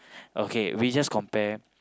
okay we just compare